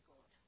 God